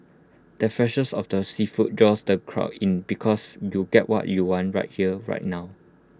the freshets of the seafood draws the crowd in because you'll get what you want right here right now